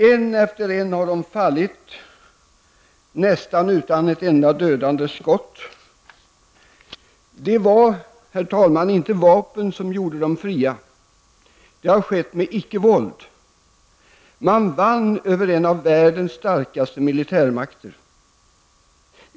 En efter en har de diktaturerna fallit, nästan utan ett enda dödande skott. Det var, herr talman, inte vapen som gjorde folken fria. Det har skett med icke-våld. Man vann över en av världens starkaste militärmakter.